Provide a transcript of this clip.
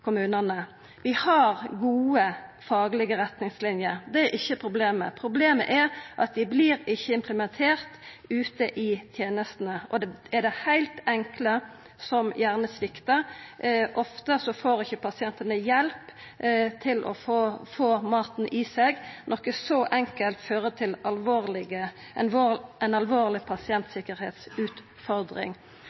kommunane. Vi har gode faglege retningslinjer – det er ikkje problemet. Problemet er at dei vert ikkje implementerte ute i tenestene, og det er det heilt enkle som gjerne sviktar. Ofte får ikkje pasientane hjelp til å få maten i seg. Noko så enkelt fører til